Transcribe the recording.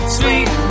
sweet